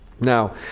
Now